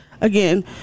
again